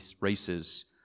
races